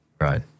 Right